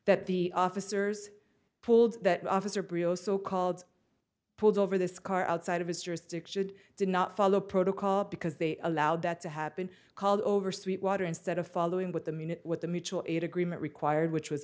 that the officers pulled that officer breo so called pulled over this car outside of history stick should did not follow protocol because they allowed that to happen called over sweetwater instead of following with them unit with the mutual aid agreement required which was